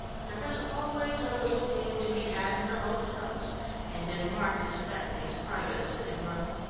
there was always a little game to be had in the hotels and in marcus stepney's private sitting-room.